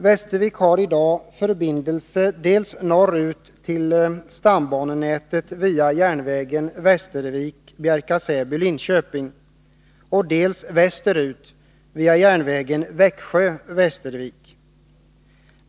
Västervik har i dag förbindelse dels norrut till stambanenätet via järnvägen Västervik-Bjärka/Säby-Linköping, dels västerut via järnvägen Växjö-Västervik.